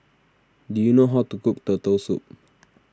do you know how to cook Turtle Soup